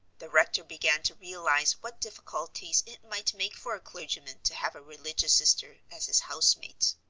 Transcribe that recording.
the rector began to realize what difficulties it might make for a clergyman to have a religious sister as his house-mate.